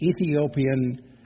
Ethiopian